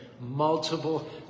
multiple